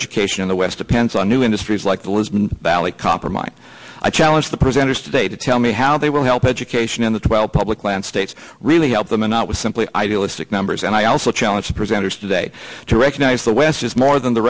education in the west depends on new industries like the bally copper mine i challenge the presenters today to tell me how they will help education in the twelve public land states really help them and not with simply idealistic numbers and i also challenge the presenters today to recognize the west is more than the